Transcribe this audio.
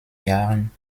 jahren